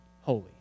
holy